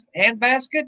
handbasket